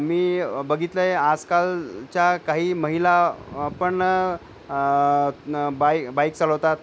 मी बघितलं आजकालच्या काही महिला पण बाईक बाईक चालवतात